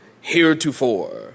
Heretofore